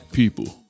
people